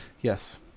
Yes